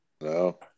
No